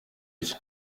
ityo